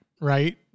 right